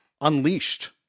unleashed